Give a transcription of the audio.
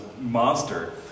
monster